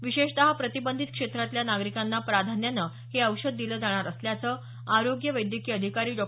विशेषतः प्रतिबंधित क्षेत्रातल्या नागरिकांना प्राधान्यानं हे औषध दिलं जाणार असल्याचं आरोग्य वैद्यकीय अधिकारी डॉ